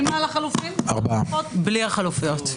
החוק הנורבגי,